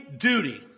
duty